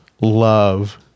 love